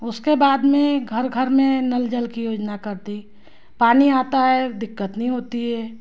उसके बाद में घर घर में नल जल की योजना कर दी पानी आता है दिक्कत नहीं होती है